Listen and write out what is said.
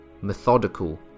methodical